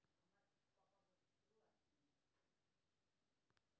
व्यवसाय करे खातिर हमरा कर्जा मिल सके छे?